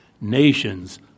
nations